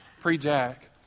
pre-Jack